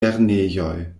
lernejoj